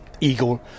eagle